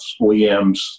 OEMs